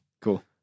Cool